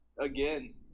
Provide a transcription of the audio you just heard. again